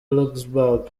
luxembourg